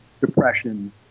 depression